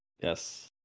yes